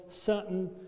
certain